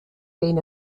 been